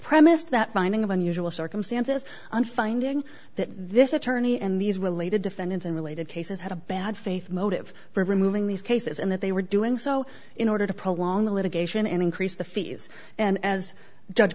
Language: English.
promised that finding of unusual circumstances and finding that this attorney and these related defendants in related cases had a bad faith motive for removing these cases and that they were doing so in order to prolong the litigation and increase the fees and as